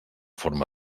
forma